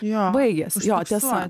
jo baigiasi jo tiesa